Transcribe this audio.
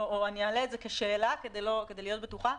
או שאני אעלה את זה כשאלה כדי להיות בטוחה,